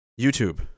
YouTube